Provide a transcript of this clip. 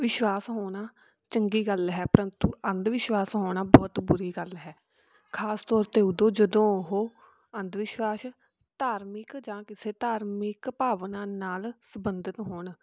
ਵਿਸ਼ਵਾਸ ਹੋਣਾ ਚੰਗੀ ਗੱਲ ਹੈ ਪਰੰਤੂ ਅੰਧ ਵਿਸ਼ਵਾਸ ਹੋਣਾ ਬਹੁਤ ਬੁਰੀ ਗੱਲ ਹੈ ਖਾਸ ਤੌਰ 'ਤੇ ਉਦੋਂ ਜਦੋਂ ਉਹ ਅੰਧ ਵਿਸ਼ਵਾਸ ਧਾਰਮਿਕ ਜਾਂ ਕਿਸੇ ਧਾਰਮਿਕ ਭਾਵਨਾ ਨਾਲ ਸੰਬੰਧਿਤ ਹੋਣ